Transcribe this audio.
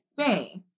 space